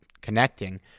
connecting